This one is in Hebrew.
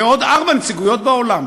ועוד ארבע נציגויות בעולם.